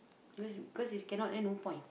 cause you cause is cannot then no point